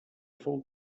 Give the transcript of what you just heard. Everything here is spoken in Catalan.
fou